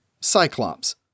Cyclops